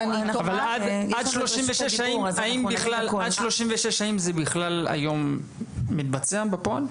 עד 36 האם זה בכלל היום מתבצע בפועל?